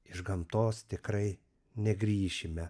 iš gamtos tikrai negrįšime